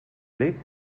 blick